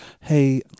hey